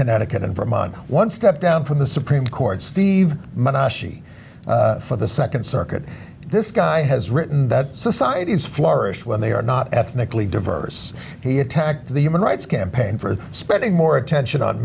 connecticut and vermont one step down from the supreme court steve for the nd circuit this guy has written that societies flourish when they are not ethnically diverse he attacked the human rights campaign for spending more attention on